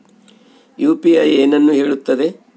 UPI ಏನನ್ನು ಹೇಳುತ್ತದೆ?